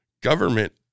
Government